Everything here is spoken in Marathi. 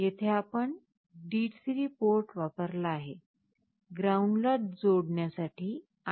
येथे आपण D3 पोर्ट वापरला आहे ग्राउंडला जोडण्यासाठी आणखी एक टर्मिनल आहे